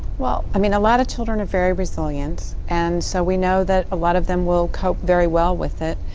well, i mean a lot of children are very resilient and so, we know that a lot of them will cope very well with it.